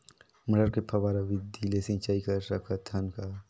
मटर मे फव्वारा विधि ले सिंचाई कर सकत हन का?